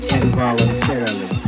involuntarily